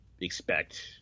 expect